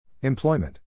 Employment